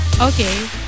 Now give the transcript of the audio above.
Okay